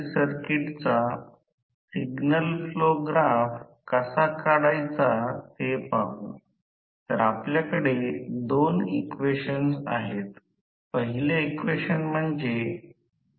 stator प्रतिरोध आणि गळती प्रतिक्रिय नगण्य आहेत या धारणाखाली टर्मिनल व्होल्टेज चे संतुलन कोण करते